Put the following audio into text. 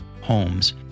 homes